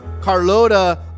Carlota